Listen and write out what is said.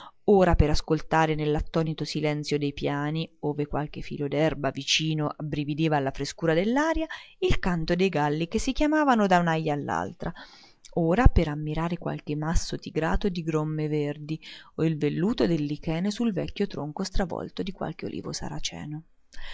ora per ascoltare nell'attonito silenzio dei piani ove qualche filo d'erba vicino abbrividiva alla frescura dell'aria il canto dei galli che si chiamavano da un'aja all'altra ora per ammirare qualche masso tigrato di gromme verdi o il velluto del lichene sul vecchio tronco stravolto di qualche olivo saraceno